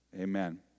Amen